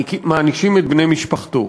מענישים את בני משפחתו.